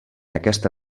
aquesta